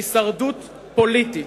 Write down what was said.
הישרדות פוליטית.